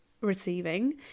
receiving